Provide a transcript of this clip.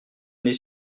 n’est